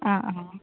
ആ ആ